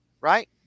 right